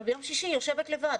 אבל ביום שישי היא יושבת לבד,